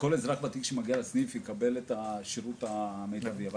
שכל אזרח ותיק שמגיע לסניף יקבל את השירות המרבי אבל